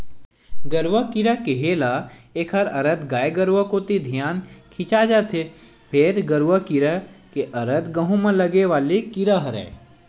गरुआ कीरा केहे ल एखर अरथ गाय गरुवा कोती धियान खिंचा जथे, फेर गरूआ कीरा के अरथ गहूँ म लगे वाले कीरा हरय